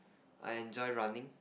I enjoy running